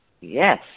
yes